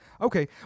okay